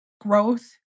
growth